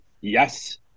yes